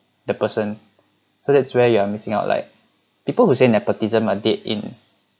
the person so that's where you are missing out like people who say nepotism are dead in